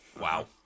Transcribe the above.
Wow